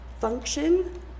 function